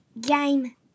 Game